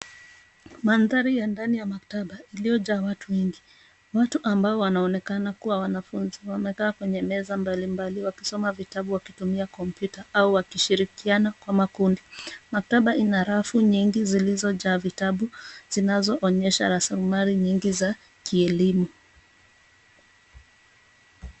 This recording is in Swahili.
Mandhari ya ndani ya maktaba iliyojaa watu wengi. Watu ambao wanaonekana kuwa wanafunzi wamekaa kwenye meza mbalimbali wakisoma vitabu, wakitumia kompyuta au wakishirikiana kwa makundi. Maktaba ina rafu nyingi zilizojaa vitabu zinazoonyesha rasilimali nyingi za kielimu.